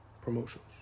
Promotions